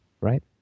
right